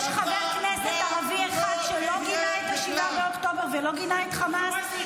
יש חבר כנסת ערבי אחד שלא גינה את 7 באוקטובר ולא גינה את חמאס?